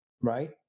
Right